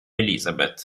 elizabeth